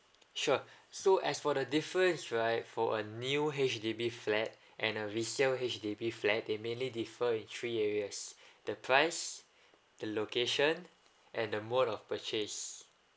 sure so as for the difference right for a new H_D_B flat and a resale H_D_B flat they mainly differ in three areas the price the location and the mode of purchase